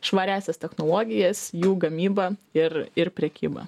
švariąsias technologijas jų gamybą ir ir prekybą